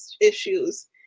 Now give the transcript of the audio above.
issues